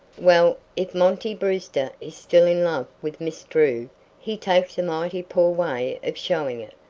well, if monty brewster is still in love with miss drew he takes a mighty poor way of showing it.